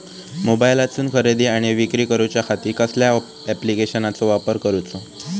मोबाईलातसून खरेदी आणि विक्री करूच्या खाती कसल्या ॲप्लिकेशनाचो वापर करूचो?